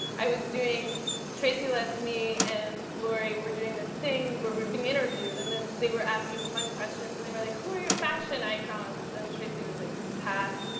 i was doing tracy letts, me, and laurie were doing this thing where we're being interviewed and then they were asking fun questions. and they were like, who are your fashion icons? and tracy was like, pass.